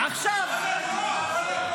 הסיעות, בבקשה, להיות בשקט בסיעות.